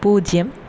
പൂജ്യം